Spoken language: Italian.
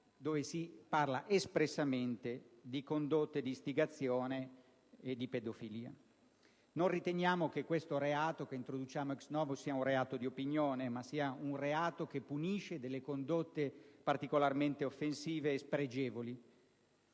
dove si parla espressamente di condotte di istigazione a pratiche di pedofilia. Riteniamo che questo reato che introduciamo *ex novo* non sia un reato d'opinione, bensì un reato che punisce delle condotte particolarmente offensive e spregevoli.